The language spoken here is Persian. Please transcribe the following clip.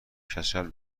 کچل